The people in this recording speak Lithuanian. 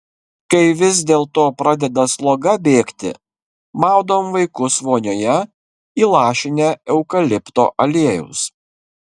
kai vis dėlto pradeda sloga bėgti maudom vaikus vonioje įlašinę eukalipto aliejaus